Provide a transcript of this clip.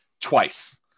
twice